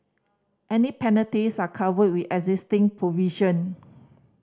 any penalties are covered with existing provision